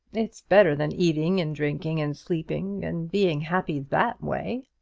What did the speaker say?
it's better than eating and drinking and sleeping, and being happy that way.